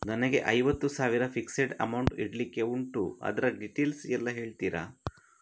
ನನಗೆ ಐವತ್ತು ಸಾವಿರ ಫಿಕ್ಸೆಡ್ ಅಮೌಂಟ್ ಇಡ್ಲಿಕ್ಕೆ ಉಂಟು ಅದ್ರ ಡೀಟೇಲ್ಸ್ ಎಲ್ಲಾ ಹೇಳ್ತೀರಾ?